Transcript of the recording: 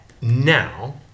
Now